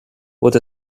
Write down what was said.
what